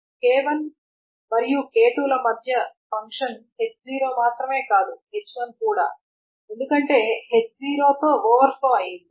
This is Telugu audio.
k1 మరియు k2 ల మధ్య ఫంక్షన్ h0 మాత్రమే కాదు h1 కూడా ఎందుకంటే h0 తో ఓవర్ ఫ్లో అయింది